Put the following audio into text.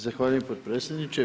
Zahvaljujem, potpredsjedniče.